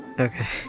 Okay